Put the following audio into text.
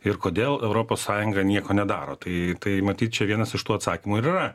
ir kodėl europos sąjunga nieko nedaro tai tai matyt čia vienas iš tų atsakymų yra